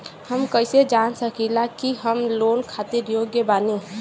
हम कईसे जान सकिला कि हम लोन खातिर योग्य बानी?